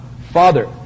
father